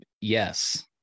Yes